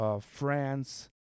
France